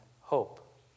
hope